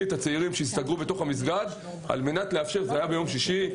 את הצעירים שהסתגרו בתוך המסגד על מנת לאפשר -- זה היה ביום שישי,